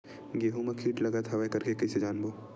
गेहूं म कीट लगत हवय करके कइसे जानबो?